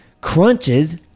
crunches